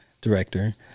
director